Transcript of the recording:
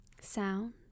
sound